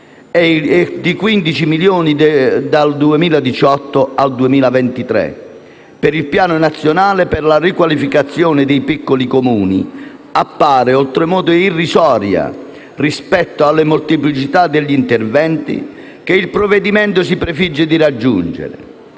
e 15 milioni dal 2018 al 2023) per il Piano nazionale per la riqualificazione dei piccoli Comuni appare oltremodo irrisoria rispetto alla molteplicità degli interventi che il provvedimento si prefigge di raggiungere.